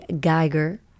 geiger